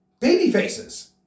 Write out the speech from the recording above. babyfaces